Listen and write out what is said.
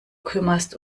kümmerst